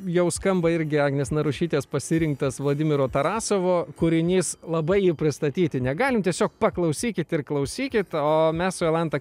jau skamba irgi agnės narušytės pasirinktas vladimiro tarasovo kūrinys labai jį pristatyti negalim tiesiog paklausykit ir klausykit o mes su jolanta